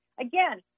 Again